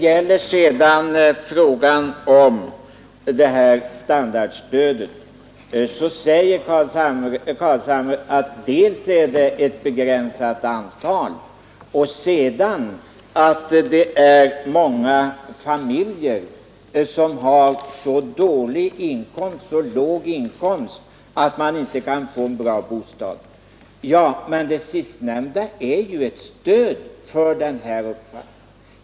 I fråga om standardstödet säger herr Carlshamre först att det gäller ett begränsat antal familjer och sedan att många familjer har så låga inkomster att de inte kan få en bra bostad. Det sistnämnda är ju ett stöd för den uppfattning som vi företräder.